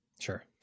Sure